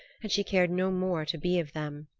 and she cared no more to be of them.